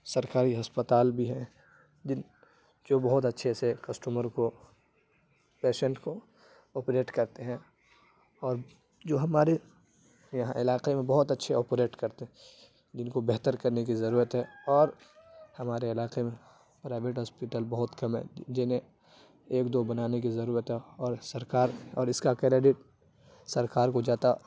سرکاری ہسپتال بھی ہیں جو بہت اچھے سے کسٹمر کو پیشنٹ کو آپریٹ کرتے ہیں اور جو ہمارے یہاں علاقے میں بہت اچھے آپریٹ کرتے ہیں جن کو بہتر کرنے کی ضرورت ہے اور ہمارے علاقے میں پرائیوٹ ہاسپٹل بہت کم ہیں جنہیں ایک دو بنانے کی ضرورت ہے اور سرکار اور اس کا کریڈٹ سرکار کو جاتا